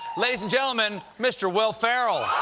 ladies and gentlemen, mr. will ferrell.